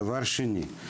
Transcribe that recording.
דבר שני,